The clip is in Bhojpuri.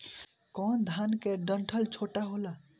कौन धान के डंठल छोटा होला?